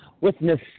witness